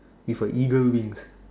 with a eagle wings